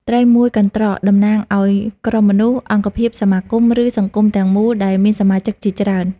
ត្រីមួយកន្រ្តក តំណាងឲ្យ ក្រុមមនុស្ស អង្គភាព សហគមន៍ ឬ សង្គម ទាំងមូល ដែលមានសមាជិកជាច្រើន។